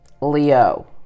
leo